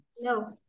No